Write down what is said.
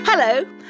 Hello